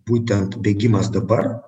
būtent bėgimas dabar